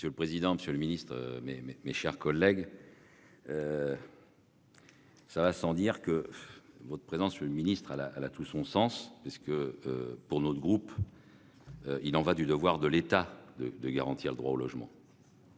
Monsieur le président, Monsieur le Ministre, mes, mes, mes chers collègues. Ça va sans dire que votre présence le ministre à la à la tout son sens. Parce que pour notre groupe. Il en va du devoir de l'état de, de garantir le droit au logement.